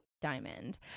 diamond